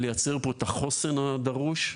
לייצר פה את החוסן הדרוש.